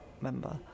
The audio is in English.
member